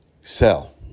sell